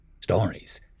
Stories